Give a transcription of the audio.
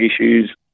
issues